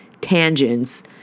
tangents